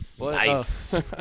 Nice